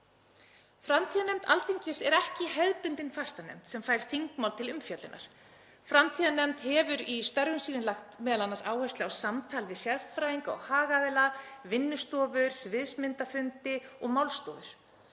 Framtíðarnefnd Alþingis er ekki hefðbundin fastanefnd sem fær þingmál til umfjöllunar. Framtíðarnefnd hefur í störfum sínum m.a. lagt áherslu á samtal við sérfræðinga og hagaðila, vinnustofur, sviðsmyndafundi og málstofur.